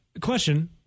Question